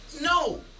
No